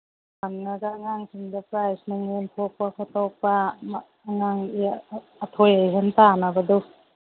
ꯍꯪꯉꯒ ꯑꯉꯥꯡꯁꯤꯡꯗ ꯄ꯭ꯔꯥꯏꯖ ꯅꯨꯡ ꯌꯦꯟꯊꯣꯛꯄ ꯈꯣꯠꯇꯣꯛꯄ ꯑꯉꯥꯡ ꯑꯊꯣꯏ ꯑꯍꯦꯟ ꯇꯥꯟꯅꯕꯗꯨ